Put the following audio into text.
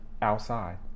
Outside